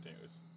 news